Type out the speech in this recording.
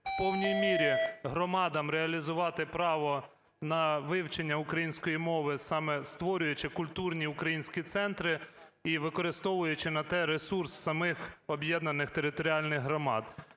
в повній мірі громадам реалізувати право на вивчення української мови, саме створюючи культурні українські центри і використовуючи на те ресурс самих об'єднаних територіальних громад.